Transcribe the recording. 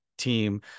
team